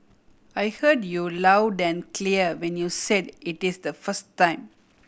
I heard you loud and clear when you said it is the first time